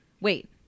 Wait